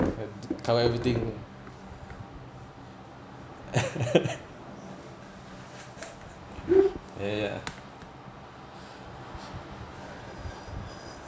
cover everything ya ya ya